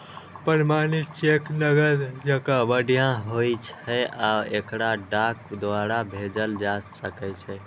प्रमाणित चेक नकद जकां बढ़िया होइ छै आ एकरा डाक द्वारा भेजल जा सकै छै